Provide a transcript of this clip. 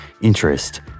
interest